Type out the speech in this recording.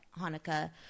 Hanukkah